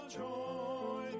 joy